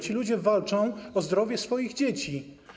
Ci ludzie walczą o zdrowie swoich dzieci.